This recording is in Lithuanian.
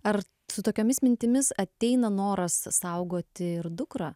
ar su tokiomis mintimis ateina noras saugoti ir dukrą